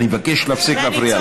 אני מבקש להפסיק להפריע לה.